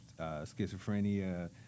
schizophrenia